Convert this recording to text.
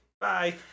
Bye